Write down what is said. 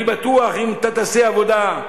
אני בטוח, אם אתה תעשה עבודה,